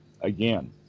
again